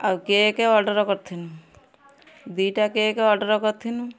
ଆଉ cake order କରିଥିନୁ ଦୁଇଟା କେକ୍ ଅର୍ଡ଼ର୍ କରିଥିନୁ